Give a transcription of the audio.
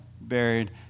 buried